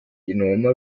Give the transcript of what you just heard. enormer